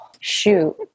shoot